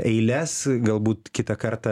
eiles galbūt kitą kartą